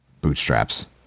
bootstraps